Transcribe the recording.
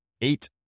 eight